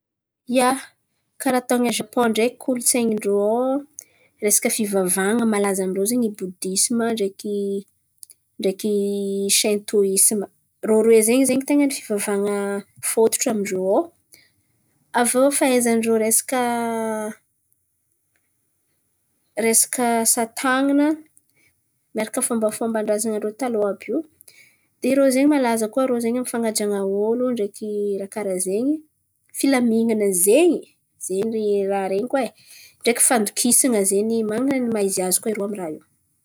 Ia, karà ataony a Zapòn ndreky kolontsain̈in-drô ao resaka fivavahan̈a malaza amin-drô zen̈y bodisima ndreky ndreky saintôïsima. Rô roe de zen̈y ten̈a ny fivavahan̈a fôtotro amin-drô ao. Aviô fahaizan-drô resaka resaka asa tan̈ana miaraka fomba fomban-drazan̈an-drô taloha àby io. De rô zen̈y malaza koa rô zen̈y amin'ny fan̈ajan̈a olo ndreky raha karà zen̈y. Filamin̈ana zen̈y, zen̈y raha ren̈iko e ndreky fandokisan̈a zen̈y man̈ana ny maha izy azy koa zen̈y irô amy raha io.